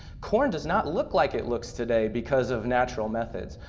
corn does not look like it looks today because of natural methods.